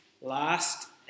last